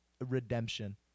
redemption